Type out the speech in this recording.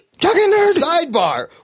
sidebar